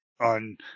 on